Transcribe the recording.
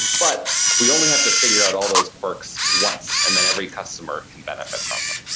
but we only have to figure out all those quirks once, and then every customer can benefit from them.